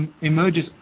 emerges